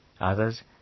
Others